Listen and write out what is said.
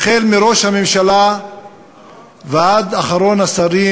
החל בראש הממשלה ועד אחרון השרים,